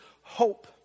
hope